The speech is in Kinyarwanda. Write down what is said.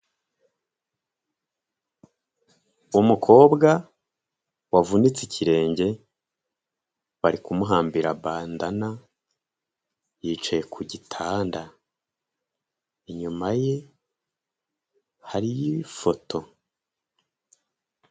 Umukobwa wavunitse ikirenge bari kumuhambira bandana yicaye ku gitanda inyuma ye hariyo ifoto.